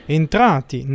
entrati